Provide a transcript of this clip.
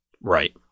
right